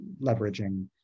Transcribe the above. leveraging